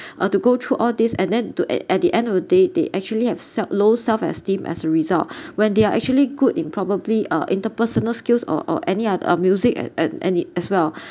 uh to go through all this and then to at at the end of the day they actually have self low self esteem as a result when they are actually good in probably uh interpersonal skills or or any oth~ music and and and it as well